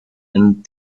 and